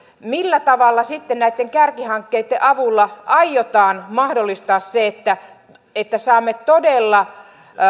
millä tavalla sitten näitten kärkihankkeitten avulla aiotaan mahdollistaa se että että saamme todella